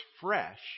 fresh